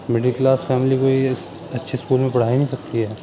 middle class family کوئی اچھی school میں پڑھائی نہیں سکتی ہے